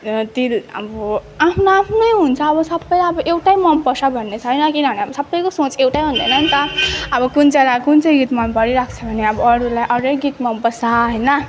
दिल अब आफ्नो आफ्नै हुन्छ अब सबै अब एउटै मनपर्छ भन्ने छैन किनभने अब सबैको सोँच एउटै हुँदैन नि त अब कुन चाहिँलाई कुन चाहिँ गीत मन परिरहेको छ भने अब अरूलाई अरू नै गीत मन पर्छ होइन